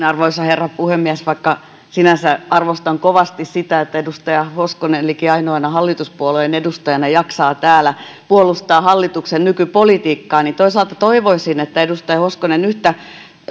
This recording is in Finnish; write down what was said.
arvoisa herra puhemies vaikka sinänsä arvostan kovasti sitä että edustaja hoskonen liki ainoana hallituspuolueen edustajana jaksaa täällä puolustaa hallituksen nykypolitiikkaa niin toisaalta toivoisin että edustaja hoskonen yhtä